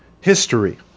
history